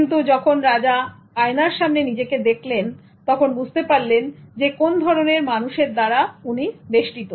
কিন্তু যখন রাজা আয়নার সামনে নিজেকে দেখলেন তখন বুঝতে পারলেন যে কোন ধরনের মানুষের দ্বারা উনি বেষ্টিত